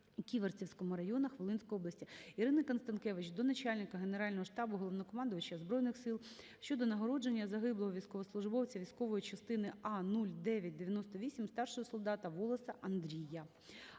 Ківерцівському районах Волинської області. Ірини Констанкевич до начальника Генерального штабу – Головнокомандувача Збройних Сил України щодо нагородження загиблого військовослужбовця військової частини А0998 старшого солдата Волоса Андрія